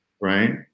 right